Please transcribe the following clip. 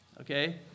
Okay